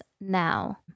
now